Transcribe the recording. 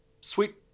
sweet